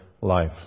life